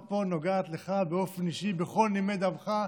פה נוגעת לך באופן אישי בכל נימי דמך.